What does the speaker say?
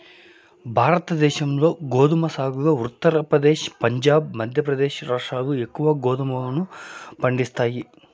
భారతదేశంలో గోధుమ సాగులో ఉత్తరప్రదేశ్, పంజాబ్, మధ్యప్రదేశ్ రాష్ట్రాలు ఎక్కువగా గోధుమలను పండిస్తాయి